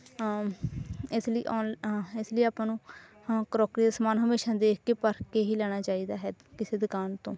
ਇਸ ਲਈ ਔਨ ਅ ਇਸ ਲਈ ਆਪਾਂ ਨੂੰ ਹਾਂ ਕ੍ਰੋਕਰੀ ਦੇ ਸਮਾਨ ਹਮੇਸ਼ਾ ਦੇਖ ਕੇ ਪਰਖ ਕੇ ਹੀ ਲੈਣਾ ਚਾਹੀਦਾ ਹੈ ਕਿਸੇ ਦੁਕਾਨ ਤੋਂ